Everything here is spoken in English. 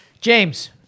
James